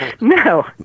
No